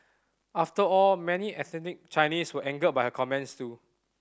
after all many ethnic Chinese were angered by her comments too